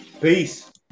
peace